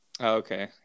Okay